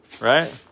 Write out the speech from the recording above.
right